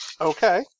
Okay